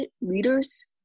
leaders